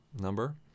number